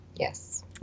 Yes